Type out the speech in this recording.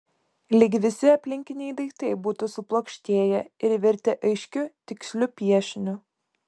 lyg visi aplinkiniai daiktai būtų suplokštėję ir virtę aiškiu tiksliu piešiniu